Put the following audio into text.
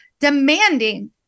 demanding